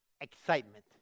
Excitement